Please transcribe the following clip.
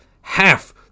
half